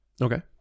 Okay